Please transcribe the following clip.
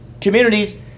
communities